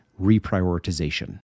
reprioritization